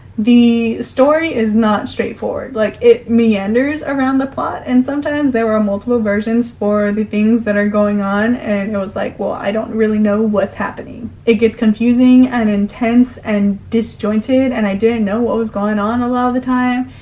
the story is not straightforward. like it meanders around the plot and sometimes there were multiple versions for the things that are going on, and it was like, well i don't really know what's happening. it gets confusing and intense and disjointed, and i didn't know what was going on a lot of the time.